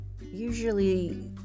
Usually